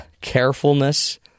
carefulness